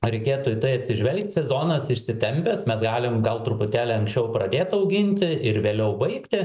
reikėtų į tai atsižvelgt sezonas išsitempęs mes galim gal truputėlį anksčiau pradėt auginti ir vėliau baigti